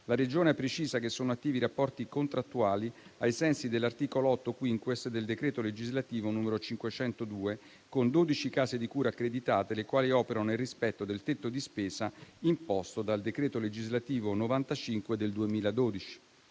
la Regione precisa che sono attivi rapporti contrattuali ai sensi dell'articolo 8-*quinquies* del decreto legislativo n. 502 del 1992, con 12 case di cura accreditate, le quali operano nel rispetto del tetto di spesa imposto dal decreto legislativo n. 95 del 2012.